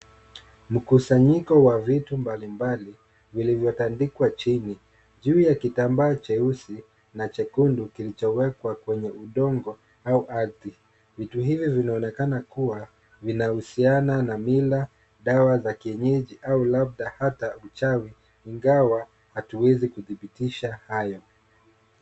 Mkusanyiko wa vitu mbalimbali vilivyo tandikwa chini juu ya kitambaa cheusi na chekundu kilicho wekwa kwenye udongo au ardhi. Vitu hivi vinaonekana kua vinahusiana na mila, dawa za kienyeji au labda ata uchawi ingawa hatuwezi kuthibitisha haya.